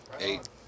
Eight